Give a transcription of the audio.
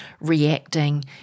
reacting